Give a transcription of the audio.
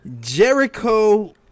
Jericho